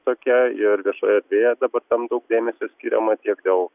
tokia ir viešojoje erdvėje dabar tam daug dėmesio skiriama tiek dėl